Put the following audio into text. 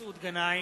מסעוד גנאים,